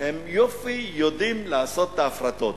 יופי יודעים לעשות את ההפרטות.